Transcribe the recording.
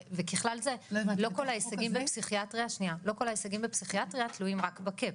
לא כל ההישגים בפסיכיאטריה תלויים רק בקאפ.